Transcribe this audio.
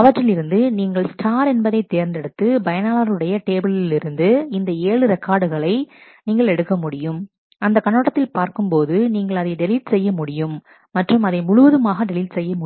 அவற்றிலிருந்து நீங்கள் ஸ்டார் என்பதை தேர்ந்தெடுத்து பயனாளர் உடைய டேபிளில் இருந்து இந்த 7 ரெக்கார்டுகளை நீங்கள் எடுக்க முடியும் அந்தக் கண்ணோட்டத்தில் பார்க்கும் போது நீங்கள் அதை டெலீட் செய்ய முடியும் மற்றும் அதை முழுவதுமாக டெலீட் செய்ய முடியும்